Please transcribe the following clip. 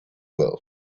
world